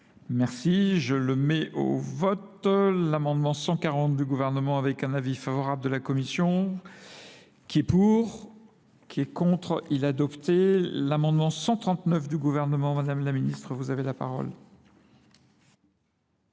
Merci. Je le mets au vote. L'amendement 140 du gouvernement avec un avis favorable de la Commission, qui est contre. Il a adopté l'amendement 139 du gouvernement. Madame la Ministre, vous avez la parole.